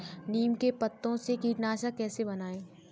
नीम के पत्तों से कीटनाशक कैसे बनाएँ?